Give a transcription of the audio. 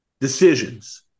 decisions